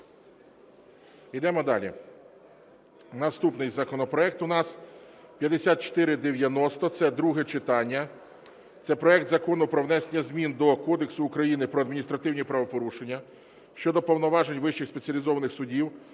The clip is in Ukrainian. Йдемо далі. Наступний законопроект у нас 5490, це друге читання. Це проект Закону про внесення змін до Кодексу України про адміністративні правопорушення щодо повноважень вищих спеціалізованих судів